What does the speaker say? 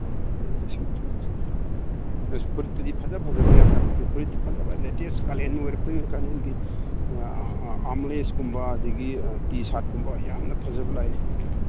ꯑꯁ ꯐꯨꯔꯤꯠꯇꯗꯤ ꯐꯖ ꯐꯖꯕ ꯌꯥꯝ ꯐꯨꯔꯤꯠꯇꯤ ꯐꯖꯕ ꯂꯦꯇꯦꯁ ꯀꯥꯂꯦꯟ ꯑꯣꯏꯔꯛꯄꯅꯤꯅ ꯀꯥꯂꯦꯟꯒꯤ ꯑꯥꯝꯂꯦꯁꯀꯨꯝꯕ ꯑꯗꯒꯤ ꯇꯤ ꯁꯥꯔꯠ ꯌꯥꯝꯅ ꯐꯖꯕ ꯂꯥꯛꯏ